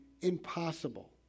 impossible